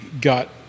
got